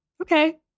Okay